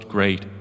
Great